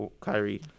Kyrie